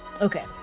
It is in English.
okay